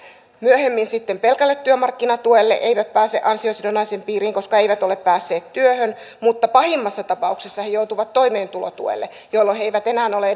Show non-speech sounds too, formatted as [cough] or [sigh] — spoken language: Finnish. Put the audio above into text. myöhemmin pelkälle työmarkkinatuelle eivät pääse ansiosidonnaisen piiriin koska eivät ole päässeet työhön tai pahimmassa tapauksessa he joutuvat toimeentulotuelle jolloin he eivät enää edes ole [unintelligible]